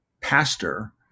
pastor